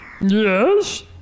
yes